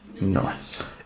Nice